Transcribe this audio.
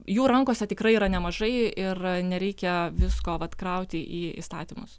jų rankose tikrai yra nemažai ir nereikia visko vat krauti į įstatymus